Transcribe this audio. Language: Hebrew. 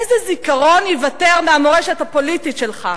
איזה זיכרון ייוותר מהמורשת הפוליטית שלך?